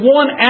one